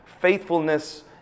faithfulness